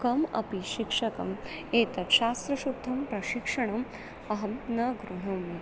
कम् अपि शिक्षकम् एतत् शास्त्रशुद्धं प्रशिक्षणम् अहं न गृह्णामि